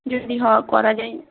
যদি করা যায়